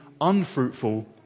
unfruitful